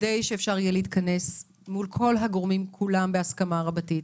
כדי שאפשר יהיה להתכנס מול כל הגורמים כולם בהסכמה רבתית,